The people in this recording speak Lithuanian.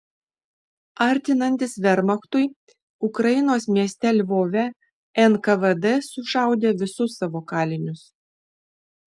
artinantis vermachtui ukrainos mieste lvove nkvd sušaudė visus savo kalinius